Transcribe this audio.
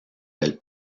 del